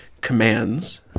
commands